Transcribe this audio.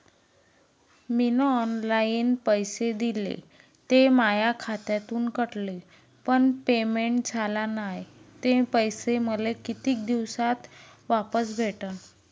मीन online पैसे दिले, ते माया खात्यातून कटले, पण पेमेंट झाल नायं, ते पैसे मले कितीक दिवसात वापस भेटन?